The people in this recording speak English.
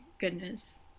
Goodness